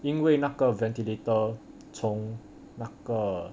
因为那个 ventilator 从那个